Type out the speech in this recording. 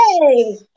Yay